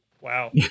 wow